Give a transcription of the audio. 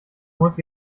muss